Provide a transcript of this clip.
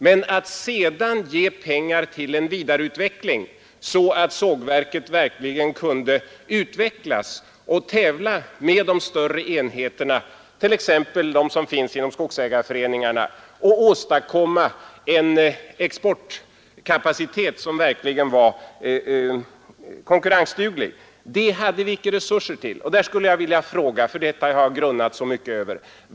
Men att sedan ge pengar till en vidareutveckling så att sågverket kunde utvecklas och tävla med de större enheterna, t.ex. dem som finns inom skogsägarföreningarna, och åstadkomma en exportkapacitet som verkligen var konkurrensduglig, det hade vi icke resurser till. Jag skulle i detta sammanhang vilja ta upp en fråga som jag har grunnat mycket över.